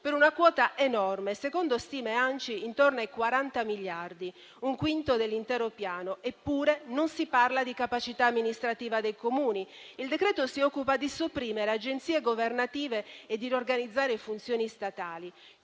nazionale dei Comuni d'Italia intorno ai 40 miliardi, un quinto dell'intero piano), eppure non si parla di capacità amministrativa dei Comuni. Il decreto-legge si occupa di sopprimere le agenzie governative e di riorganizzare funzioni statali.